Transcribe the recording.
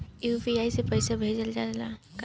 UPI से पईसा भेजल जाला का?